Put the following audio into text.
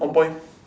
on point